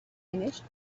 finished